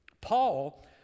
Paul